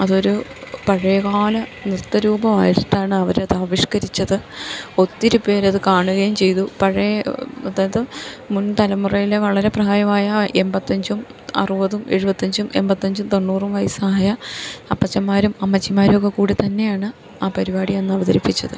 അതൊരു പഴയകാല നൃത്തരൂപമായിട്ടാണ് അവരതാവിഷ്കരിച്ചത് ഒത്തിരിപ്പേരത് കാണുകയും ചെയ്തു പഴയ അതായത് മുൻ തലമുറയിലെ വളരെ പ്രായമായ എൺമ്പത്തഞ്ചും അറുപതും എഴുപത്തഞ്ചും എൺമ്പത്തഞ്ചും തൊണ്ണൂറും വയസ്സായ അപ്പച്ചന്മാരും അമ്മച്ചിന്മാരൊക്കെ കൂടി തന്നെയാണ് ആ പരിപാടി അന്ന് അവതരിപ്പിച്ചത്